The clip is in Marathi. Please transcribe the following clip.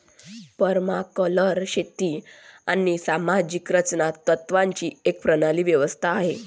परमाकल्चर शेती आणि सामाजिक रचना तत्त्वांची एक प्रणाली व्यवस्था आहे